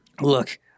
Look